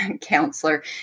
counselor